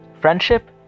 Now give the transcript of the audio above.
friendship